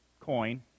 coin